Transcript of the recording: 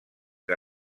que